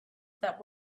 that